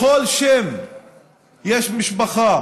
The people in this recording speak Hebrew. לכל שם יש משפחה